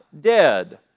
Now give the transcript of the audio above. dead